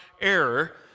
error